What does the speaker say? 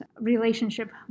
relationship